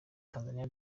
tanzania